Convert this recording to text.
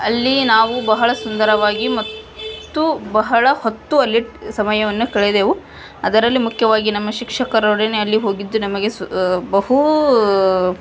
ಅಲ್ಲಿ ನಾವು ಬಹಳ ಸುಂದರವಾಗಿ ಮತ್ತು ಬಹಳ ಹೊತ್ತು ಅಲ್ಲಿ ಸಮಯವನ್ನು ಕಳೆದೆವು ಅದರಲ್ಲಿ ಮುಖ್ಯವಾಗಿ ನಮ್ಮ ಶಿಕ್ಷಕರೊಡನೆ ಅಲ್ಲಿ ಹೋಗಿದ್ದು ನಮಗೆ ಸು ಬಹು